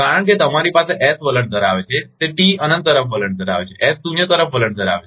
કારણ કે તમારી તરફ એસ વલણ ધરાવે છે તે ટી અનંત તરફ વલણ ધરાવે છે એસ શૂન્ય તરફ વલણ ધરાવે છે